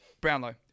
Brownlow